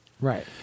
Right